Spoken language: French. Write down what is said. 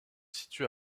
situe